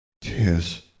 Tears